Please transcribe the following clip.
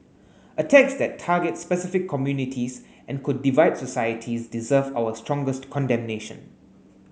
attacks that target specific communities and could divide societies deserve our strongest condemnation